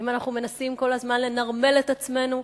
האם אנחנו מנסים כל הזמן לנרמל את עצמנו,